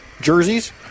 jerseys